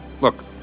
Look